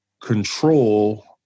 control